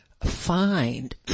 Find